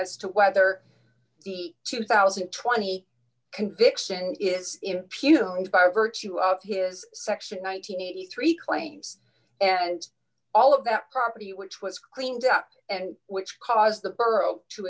as to whether the two thousand and twenty conviction is impugned by virtue of his section nine hundred and eighty three claims and all of that property which was cleaned up and which caused the borough to